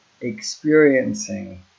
experiencing